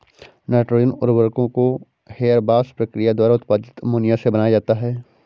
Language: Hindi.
नाइट्रोजन उर्वरकों को हेबरबॉश प्रक्रिया द्वारा उत्पादित अमोनिया से बनाया जाता है